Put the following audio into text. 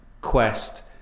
quest